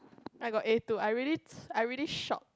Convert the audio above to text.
I got A two I really I really shock